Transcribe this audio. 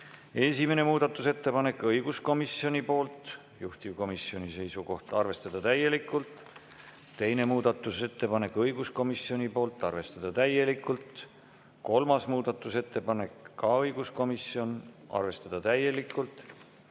Esimene muudatusettepanek on õiguskomisjonilt, juhtivkomisjoni seisukoht: arvestada täielikult. Teine muudatusettepanek, õiguskomisjonilt, arvestada täielikult. Kolmas muudatusettepanek, ka õiguskomisjon, arvestada täielikult.